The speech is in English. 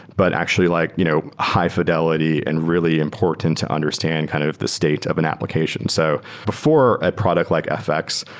but actually like you know high fidelity and really important to understand kind of the state of an application. so before a product like effx,